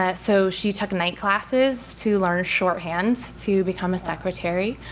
ah so she took night classes to learn shorthand to become a secretary.